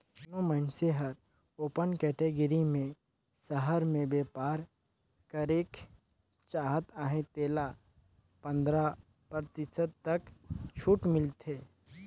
कोनो मइनसे हर ओपन कटेगरी में सहर में बयपार करेक चाहत अहे तेला पंदरा परतिसत तक छूट मिलथे